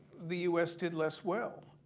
the u s. did less well.